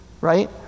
right